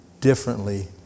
differently